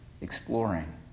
exploring